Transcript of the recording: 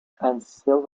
coated